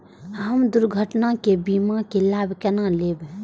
हम दुर्घटना के बीमा के लाभ केना लैब?